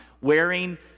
wearing